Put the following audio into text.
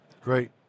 Great